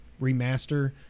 remaster